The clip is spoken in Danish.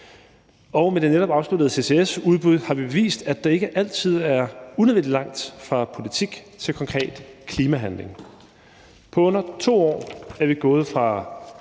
og med det netop afsluttede ccs-udbud har vi vist, at der ikke altid er unødvendig langt fra politik til konkret klimahandling. På under 2 år er vi gået fra